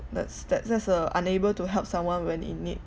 that's that's the unable to help someone when in need